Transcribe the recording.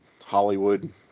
Hollywood